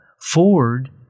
Ford